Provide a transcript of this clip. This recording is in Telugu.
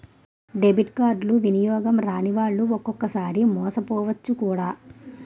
డెబిట్ కార్డులు వినియోగం రానివాళ్లు ఒక్కొక్కసారి మోసపోవచ్చు కూడా